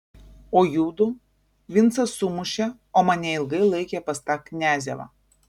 o judu vincą sumušė o mane ilgai laikė pas tą kniazevą